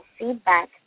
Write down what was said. feedback